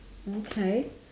okay